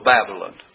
Babylon